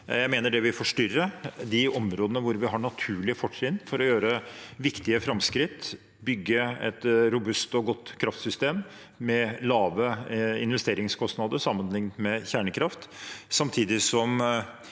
Jeg mener det vil forstyrre de områdene hvor vi har naturlige fortrinn for å gjøre viktige framskritt og bygge et robust og godt kraftsystem med lave investeringskost nader sammenlignet med kjernekraft, samtidig som